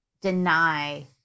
deny